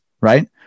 right